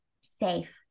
safe